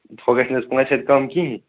ہُہ گژھِ نہَ حظ پانٛژِ ہَتہِ کَم کِہیٖنٛۍ